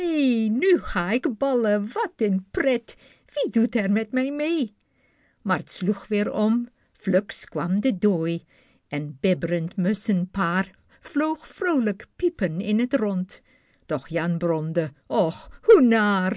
nu ga ik ballen wat een pret wie doet er met mij meê maar t weer sloeg om fluks kwam de dooi en t bibb'rend musschenpaar vloog vroolijk piepend in het rond doch jan bromde och